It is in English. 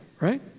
right